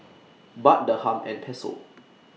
Baht Dirham and Peso